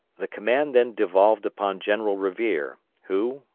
the command then devolved upon general revere, who,